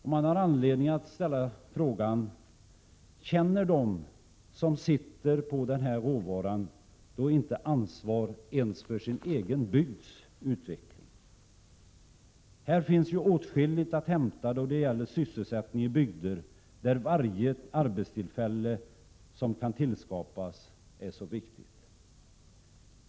Det finns anledning att ställa frågan: Känner de som sitter på den här råvaran då inte ansvar ens för sin egen bygds utveckling? Här finns det ju åtskilligt att hänta då det gäller sysselsättning i bygder där varje arbetstillfälle som kan tillskapas är viktigt.